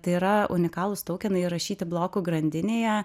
tai yra unikalūs tokenai įrašyti blokų grandinėje